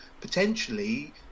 potentially